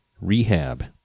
rehab